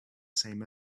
same